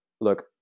look